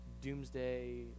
doomsday